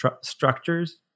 structures